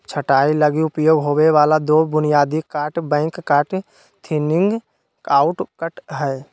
छंटाई लगी उपयोग होबे वाला दो बुनियादी cut back cut, thinning out cut हइ